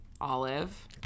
Olive